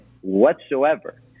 whatsoever